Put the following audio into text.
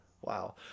Wow